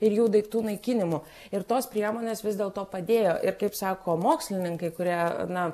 ir jų daiktų naikinimu ir tos priemonės vis dėl to padėjo ir kaip sako mokslininkai kurie na